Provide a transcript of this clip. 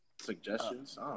Suggestions